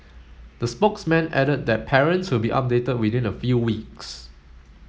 the spokesman added that parents will be updated within a few weeks